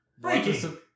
Breaking